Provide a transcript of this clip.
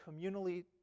communally